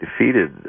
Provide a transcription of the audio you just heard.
defeated